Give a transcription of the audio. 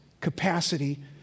capacity